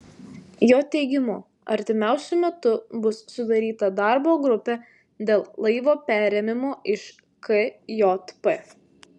jo teigimu artimiausiu metu bus sudaryta darbo grupė dėl laivo perėmimo iš kjp